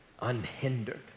Unhindered